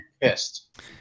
pissed